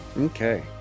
Okay